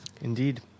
Indeed